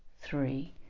three